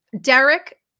Derek